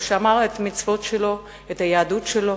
הוא שמר את המצוות שלו ואת היהדות שלו.